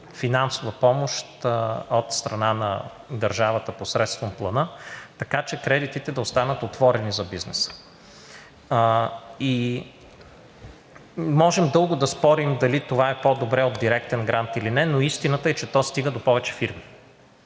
финансова помощ от страна на държавата посредством Плана, така че кредитите да останат отворени за бизнеса. Можем дълго да спорим дали това е по-добре от директен грант или не, но истината е, че то стига до повече фирми.